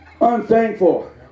Unthankful